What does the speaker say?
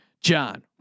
John